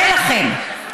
אין לכם.